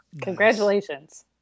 congratulations